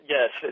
Yes